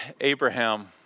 Abraham